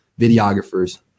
videographers